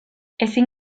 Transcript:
ezin